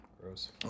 Gross